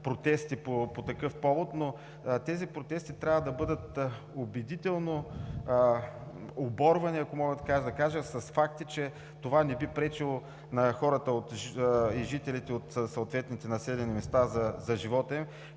протести по такъв повод, но тези протести трябва да бъдат убедително „оборвани“ – ако мога така да кажа, с факта, че това не би пречило на хората и жителите от съответните населени места за живота им.